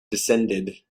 descended